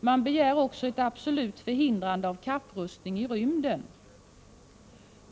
Man begär också ett absolut förhindrande av kapprustning i rymden.